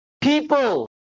people